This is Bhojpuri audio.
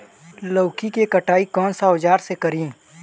लौकी के कटाई कौन सा औजार से करी?